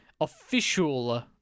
official